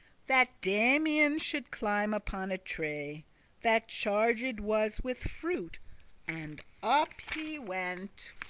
that damian should climb upon a tree that charged was with fruit and up he went